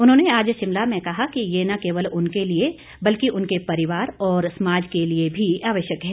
उन्होंने आज शिमला में कहा कि यह न केवल उनके लिए बल्कि उनके परिवार और समाज के लिए भी आवश्यक है